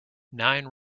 nine